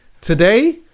Today